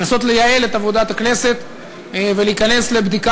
לנסות לייעל את עבודת הכנסת ולהיכנס לבדיקה